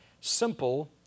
Simple